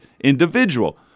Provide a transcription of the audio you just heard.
individual